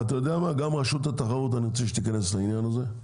ואתה יודע מה גם רשות התחרות אני רוצה שהיא תיכנס לעניין הזה.